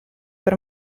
per